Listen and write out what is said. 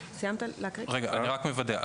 אני רק מוודא.